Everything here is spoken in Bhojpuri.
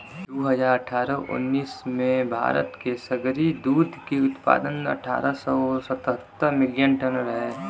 दू हज़ार अठारह उन्नीस में भारत के सगरी दूध के उत्पादन अठारह सौ सतहत्तर मिलियन टन रहे